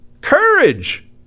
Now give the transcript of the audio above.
Courage